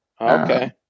Okay